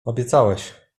obiecałeś